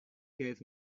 gave